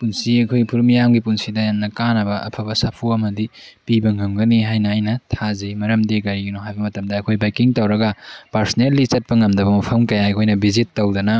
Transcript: ꯄꯨꯟꯁꯤ ꯑꯩꯈꯣꯏ ꯐꯨꯔꯨꯞ ꯃꯤꯌꯥꯝꯒꯤ ꯄꯨꯟꯁꯤꯗ ꯍꯦꯟꯅ ꯀꯥꯟꯅꯕ ꯑꯐꯕ ꯁꯥꯐꯨ ꯑꯃꯗꯤ ꯄꯤꯕ ꯉꯝꯒꯅꯤ ꯍꯥꯏꯅ ꯑꯩꯅ ꯊꯥꯖꯩ ꯃꯔꯝꯗꯤ ꯀꯔꯤꯒꯤꯅꯣ ꯍꯥꯏꯕ ꯃꯇꯝꯗ ꯑꯩꯈꯣꯏ ꯕꯥꯏꯛꯀꯤꯡ ꯇꯧꯔꯒ ꯄꯔꯁꯅꯦꯜꯂꯤ ꯆꯠꯄ ꯉꯝꯗꯕ ꯃꯐꯝ ꯀꯌꯥ ꯑꯩꯈꯣꯏꯅ ꯚꯤꯖꯤꯠ ꯇꯧꯗꯅ